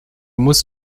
musst